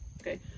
Okay